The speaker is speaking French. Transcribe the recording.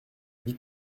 vie